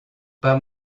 pas